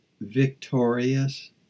victorious